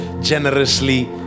generously